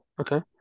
Okay